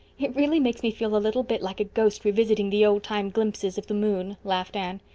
it really makes me feel a little bit like a ghost revisiting the old time glimpses of the moon, laughed anne.